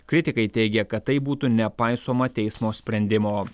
kritikai teigia kad taip būtų nepaisoma teismo sprendimo